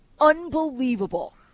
unbelievable